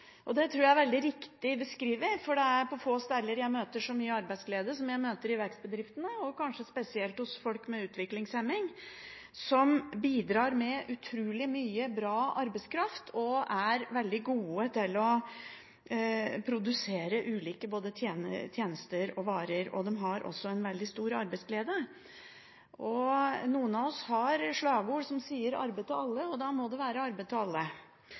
som i vekstbedriftene – og kanskje spesielt hos folk med utviklingshemning, som bidrar med utrolig mye bra arbeidskraft og er veldig gode til å produsere både ulike tjenester og ulike varer. De har også en veldig stor arbeidsglede. Noen av oss har et slagord som sier «arbeid til alle». Da må det være arbeid til alle.